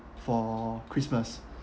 for christmas